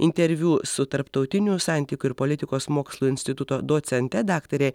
interviu su tarptautinių santykių ir politikos mokslų instituto docente daktare